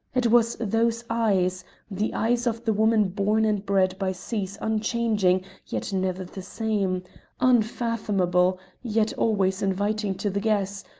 it was those eyes the eyes of the woman born and bred by seas unchanging yet never the same unfathomable, yet always inviting to the guess,